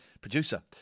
producer